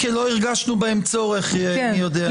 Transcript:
כי לא הרגשנו בהם צורך מי יודע.